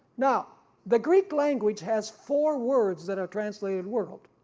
now the greek language has four words that are translated world,